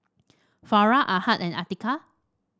Farah Ahad and Atiqah